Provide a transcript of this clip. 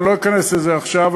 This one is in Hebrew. אני לא אכנס לזה עכשיו,